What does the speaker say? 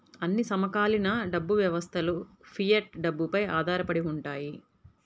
అన్ని సమకాలీన డబ్బు వ్యవస్థలుఫియట్ డబ్బుపై ఆధారపడి ఉంటాయి